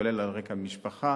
כולל על רקע המשפחה,